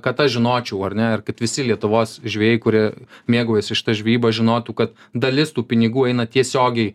kad aš žinočiau ar ne ir kad visi lietuvos žvejai kurie mėgaujasi šita žvejyba žinotų kad dalis tų pinigų eina tiesiogiai